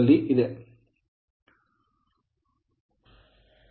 ∅ field current ಕ್ಷೇತ್ರ current ಅನುಪಾತದಲ್ಲಿದೆ